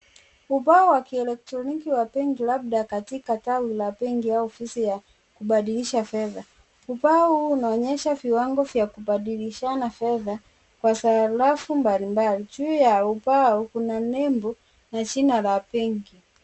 Ubao wa kielektroniki wa benki labda katika tawi la benki au ofisi ya kubadilisha fedha. Ubao huu unaonyesha viwango vya kubadilishana fedha kwa sarafu mbalimbali. Juu ya ubao kuna nembo na jina la benki.